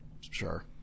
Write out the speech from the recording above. Sure